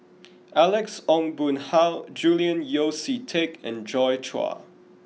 Alex Ong Boon Hau Julian Yeo See Teck and Joi Chua